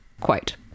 quote